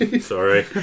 Sorry